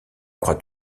crois